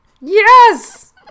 Yes